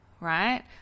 right